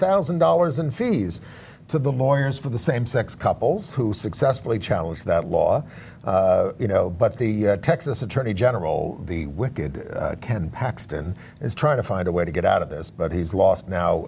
thousand dollars in fees to the mormons for the same sex couples who successfully challenge that law you know but the texas attorney general the with good can paxton is trying to find a way to get out of this but he's lost now